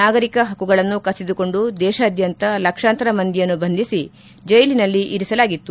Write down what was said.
ನಾಗರಿಕ ಹಕ್ಕುಗಳನ್ನು ಕಸಿದುಕೊಂಡು ದೇತಾದ್ಭಂತ ಲಕ್ಷಾಂತರ ಮಂದಿಯನ್ನು ಬಂಧಿಸಿ ಜೈಲಿನಲ್ಲಿ ಇರಿಸಲಾಗಿತ್ತು